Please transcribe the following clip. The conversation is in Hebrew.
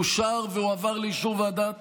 אושר והועבר לאישור ועדת